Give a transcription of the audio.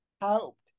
helped